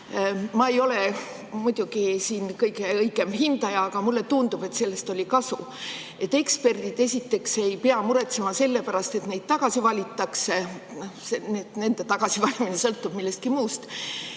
Ma ei ole siin muidugi kõige õigem hindaja, aga mulle tundub, et sellest oli kasu. Eksperdid, esiteks, ei pea muretsema selle pärast, kas neid tagasi valitakse. Nende tagasivalimine sõltub millestki muust.